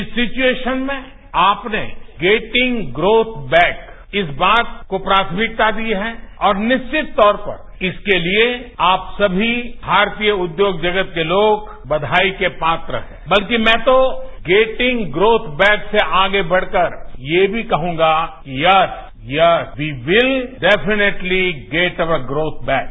इस सिव्रुएशेन में आप ने गेटिंग ग्रोथ बैक इस बात को प्राथमिकता दी है और निश्चित तौर पर इसके लिए आप समी भारतीय उद्योग जगत के लोग बधाई के पात्र हैं बल्कि मैं तो गेटिंग ग्रोथ बेक से आगे बढ़कर ये भी कहूंगा yes yes we will definitely get our growth back